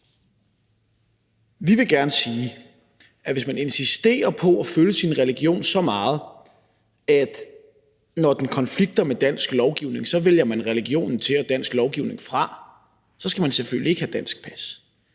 Vi vil gerne sige, at hvis man insisterer på at følge sin religion så meget, at når den konflikter med dansk lovgivning, vælger man religionen til og dansk lovgivning fra, så skal man selvfølgelig ikke have dansk pas.